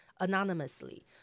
anonymously